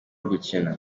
gukina